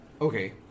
Okay